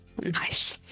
Nice